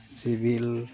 ᱥᱤᱵᱤᱞ